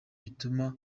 bituma